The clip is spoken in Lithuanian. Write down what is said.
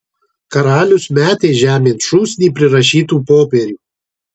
karalius metė žemėn šūsnį prirašytų popierių